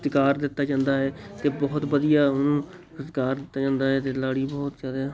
ਸਤਿਕਾਰ ਦਿੱਤਾ ਜਾਂਦਾ ਹੈ ਅਤੇ ਬਹੁਤ ਵਧੀਆ ਉਹਨੂੰ ਸਤਿਕਾਰ ਦਿੱਤਾ ਜਾਂਦਾ ਹੈ ਅਤੇ ਲਾੜੀ ਬਹੁਤ ਜ਼ਿਆਦਾ